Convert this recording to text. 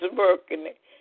working